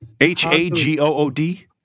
H-A-G-O-O-D